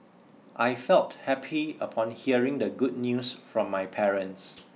I felt happy upon hearing the good news from my parents